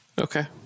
Okay